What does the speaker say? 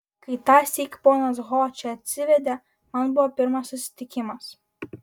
kai tąsyk ponas ho čia atsivedė man buvo pirmas susitikimas